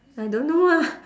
I don't know ah